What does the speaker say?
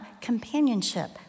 companionship